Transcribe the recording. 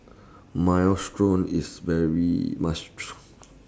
Minestrone IS very must Try